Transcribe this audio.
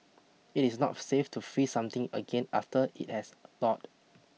it is not safe to freeze something again after it has thawed